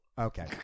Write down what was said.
okay